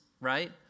right